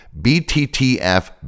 BTTF